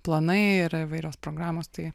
planai yra įvairios programos tai